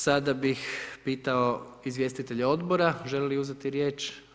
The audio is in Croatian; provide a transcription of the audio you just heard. Sada bih pitao izvjestitelja odbora žele li uzeti riječ?